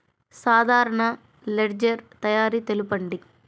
సాధారణ లెడ్జెర్ తయారి తెలుపండి?